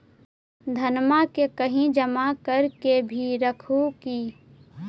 धनमा के कहिं जमा कर के भी रख हू की?